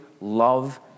love